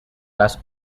las